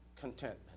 contentment